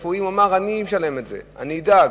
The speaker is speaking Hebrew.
הוא אמר: אני אשלם את זה, אני אדאג